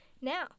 now